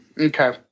Okay